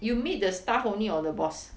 you meet the staff only or the boss